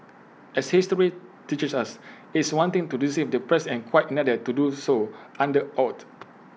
as history teaches us its one thing to deceive the press and quite another to do so under oath